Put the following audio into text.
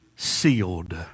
sealed